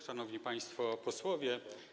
Szanowni Państwo Posłowie!